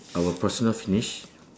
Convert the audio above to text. our personal finish